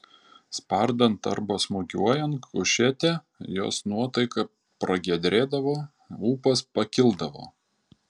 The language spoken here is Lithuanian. spardant arba smūgiuojant kušetę jos nuotaika pragiedrėdavo ūpas pakildavo